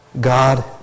God